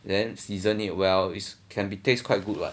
then season it well it's can be taste quite good what